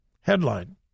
Headline